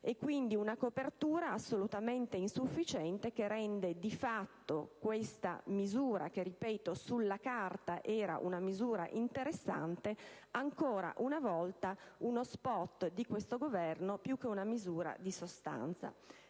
È quindi una copertura assolutamente insufficiente, che rende di fatto questa misura - che, ripeto, sulla carta era interessante - ancora una volta uno *spot* di questo Governo più che una misura di sostanza.